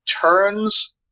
turns